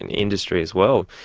and industry as well,